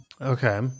Okay